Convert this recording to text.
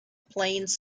plains